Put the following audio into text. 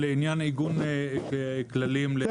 לעניין עיגון וכללים לגבי העיצום.